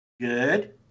Good